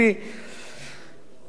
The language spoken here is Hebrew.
בכל זאת זאת היתה הצעה מורכבת,